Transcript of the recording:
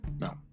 No